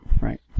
right